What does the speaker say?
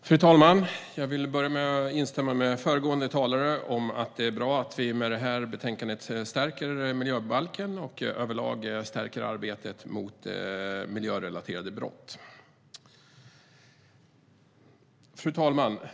Fru talman! Jag vill börja med att instämma med föregående talare i att det är bra att vi med detta betänkande stärker miljöbalken och över lag stärker arbetet mot miljörelaterade brott. Fru talman!